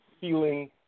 feeling